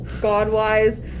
God-wise